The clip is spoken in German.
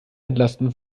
entlasten